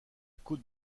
côte